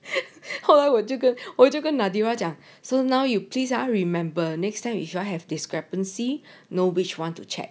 后来我就跟 nadira 讲 so now you please ah remember next time you you all have discrepancy know which one to check